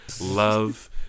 love